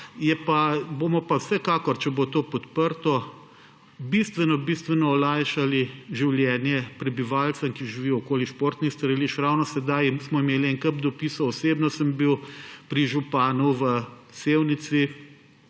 Bomo pa vsekakor, če bo to podprto, bistveno, bistveno olajšali življenje prebivalcev, ki živijo okoli športnih strelišč. Ravno sedaj smo imeli ene kup dopisov, osebno sem bil pri županu v Sevnici,